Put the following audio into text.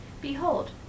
Behold